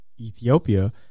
Ethiopia